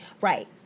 Right